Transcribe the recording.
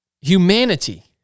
humanity